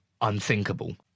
unthinkable